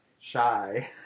shy